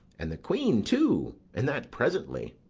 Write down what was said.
and the queen too, and that presently.